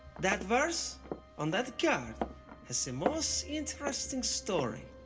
that verse on that card has the most interesting story